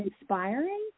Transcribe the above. inspiring